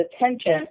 attention